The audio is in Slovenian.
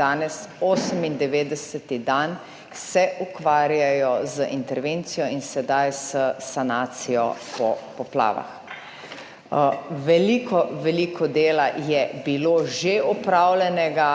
danes 98. dan se ukvarjajo z intervencijo in sedaj s sanacijo po poplavah. Veliko, veliko dela je bilo že opravljenega,